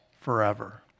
forever